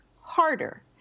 harder